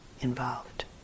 involved